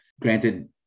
granted